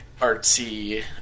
artsy